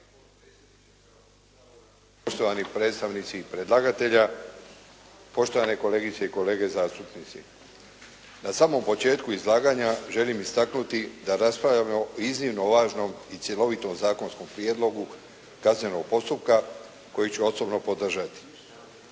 poštovani predstavnici predlagatelja, poštovane kolegice i kolege zastupnici. Na samom početku izlaganja želim istaknuti da raspravljamo o iznimno važnom i cjelovitom zakonskom prijedlogu kaznenog postupka koji ću osobno podržati.